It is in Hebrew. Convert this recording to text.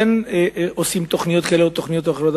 כן עושים תוכניות כאלה ואחרות,